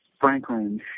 Franklin